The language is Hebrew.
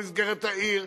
במסגרת העיר,